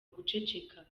guceceka